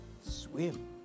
swim